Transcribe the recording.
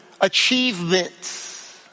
achievements